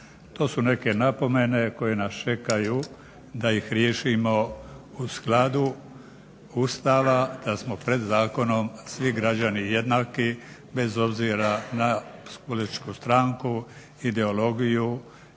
To su neke napomene koje nas čekaju da ih riješimo u skladu Ustava da smo pred zakonom svi građani jednaki, bez obzira na političku stranku, ideologiju,